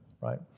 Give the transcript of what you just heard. right